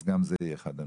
אז גם זה יהיה אחד הנושאים.